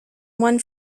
one